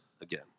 again